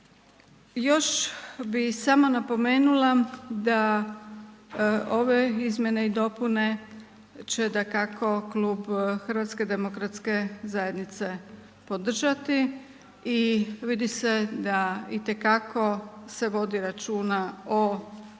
Još bi samo napomenula da ove izmjene i dopune će dakako Klub HDZ-a podržati i vidi se da itekako se vodi računa o stvarnim